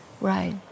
Right